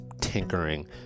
tinkering